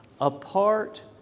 apart